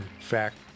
fact